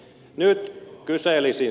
nyt kyselisin